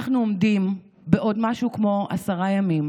אנחנו עומדים בעוד משהו כמו עשרה ימים